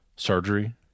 Surgery